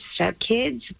stepkids